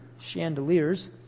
chandeliers